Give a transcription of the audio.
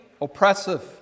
oppressive